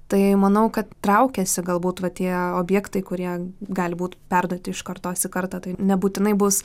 tai manau kad traukiasi galbūt va tie objektai kurie gali būt perduoti iš kartos į kartą tai nebūtinai bus